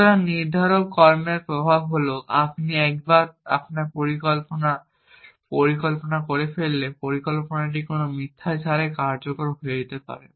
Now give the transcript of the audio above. সুতরাং নির্ধারক কর্মের প্রভাব হল আপনি একবার আপনার পরিকল্পনার পরিকল্পনা করে ফেললে পরিকল্পনাটি কোনও মিথ্যা ছাড়াই কার্যকর করা যেতে পারে